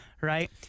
right